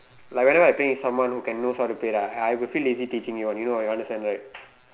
like whenever I'm playing with someone who can who knows how to play right I I will feel easy teaching you you know why you understand right